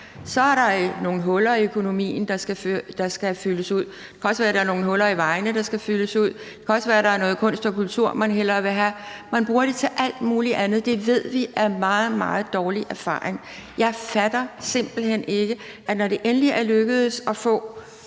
Så er der nogle huller i økonomien, der skal fyldes ud, det kan også være, der er nogle huller i vejene, der skal fyldes ud, og det kan også være, der er noget kunst og kultur, man hellere vil have. Man bruger det til alt muligt andet. Det ved vi af meget, meget dårlig erfaring. Jeg fatter simpelt hen ikke, at når det endelig er lykkedes meget